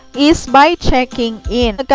is by checking in.